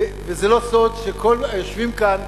וזה לא סוד שכל היושבים כאן,